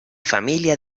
familia